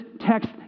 text